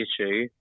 issue